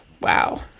Wow